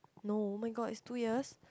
no oh-my-god is two years